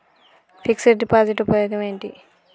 Fix డ్ deposit ఉపయోగం ఏంటి?